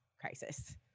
crisis